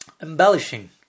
embellishing